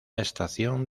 estación